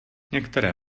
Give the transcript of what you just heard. některé